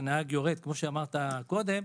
שכמו שאמרת קודם,